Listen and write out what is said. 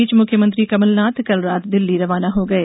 इस बीच मुख्यमंत्री कमलनाथ कल रात दिल्ली रवाना हो गए